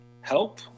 help